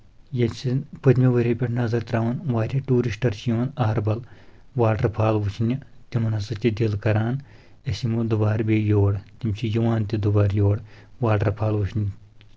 ییٚلہِ سَن پٔتمہِ ؤری پؠٹھ نظر ترٛاوان واریاہ ٹوٗرِسٹر چھِ یِوان اَہربَل واٹر فال وُچھنہِ تِمن ہسا تہِ دِل کران أسۍ یِمو دُبارٕ بیٚیہِ یور تِم چھِ یِوان تہِ دُبارٕ یور واٹر فال وُچھنہِ